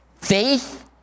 faith